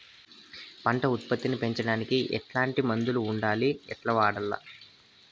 పంట ఉత్పత్తి పెంచడానికి ఎట్లాంటి మందులు ఉండాయి ఎట్లా వాడల్ల?